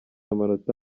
amanota